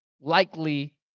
likely